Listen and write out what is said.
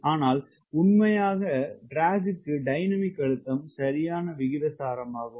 ஆனால் உண்மையான டிராக் க்கு டைனமிக் அழுத்தம் சரியான விகித சாரமாகும்